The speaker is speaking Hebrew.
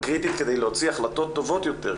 היא קריטית כדי להוציא החלטות טובות יותר,